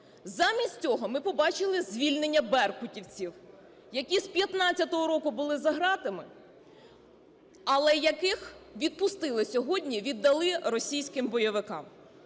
Замість цього ми побачили звільнення "беркутівців", які з 15-го року були за ґратами, але яких відпустили сьогодні, віддали російським бойовиками.